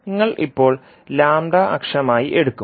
നിങ്ങൾ ഇപ്പോൾ അക്ഷമായി എടുക്കും